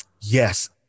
Yes